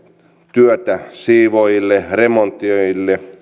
työtä siivoojille remontoijille